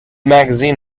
magazine